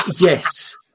yes